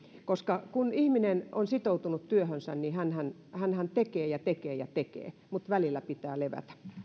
kun ihminen on sitoutunut työhönsä niin hänhän hänhän tekee ja tekee ja tekee mutta välillä pitää levätä